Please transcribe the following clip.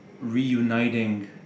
reuniting